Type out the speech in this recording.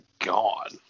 god